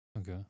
Okay